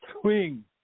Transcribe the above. swing